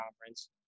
Conference